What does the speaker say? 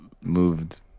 moved